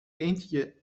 eentje